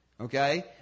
Okay